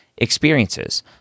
experiences